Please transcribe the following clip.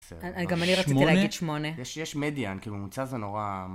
אני גם אני רציתי להגיד שמונה. יש יש מדיאן כאילו מוצא זה נורא.